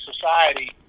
society